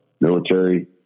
military